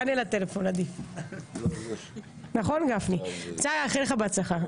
אני רוצה לאחל לך בהצלחה.